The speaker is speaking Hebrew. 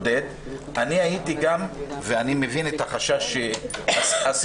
אני הייתי מגביל ואני מבין את החשש שאסיר